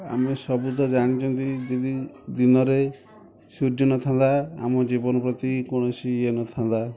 ଆମେ ସବୁ ତ ଜାଣିଛନ୍ତି ଯଦି ଦିନରେ ସୂର୍ଯ୍ୟ ନଥାନ୍ତା ଆମ ଜୀବନ ପ୍ରତି କୌଣସି ଇଏ ନଥାନ୍ତା